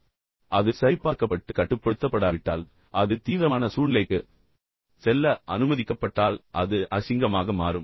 எனவே அது சரிபார்க்கப்பட்டு பின்னர் கட்டுப்படுத்தப்படாவிட்டால் அது தீவிரமான சூழ்நிலைக்கு செல்ல அனுமதிக்கப்பட்டால் அது அசிங்கமாக மாறும்